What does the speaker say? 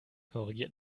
korrigiert